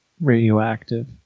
radioactive